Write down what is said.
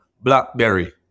Blackberry